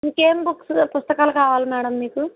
ఇంకా ఏం బుక్స్ పుస్తకాలు కావాలి మేడం మీకు